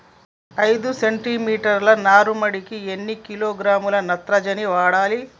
ఐదు సెంటిమీటర్ల నారుమడికి ఎన్ని కిలోగ్రాముల నత్రజని వాడాలి?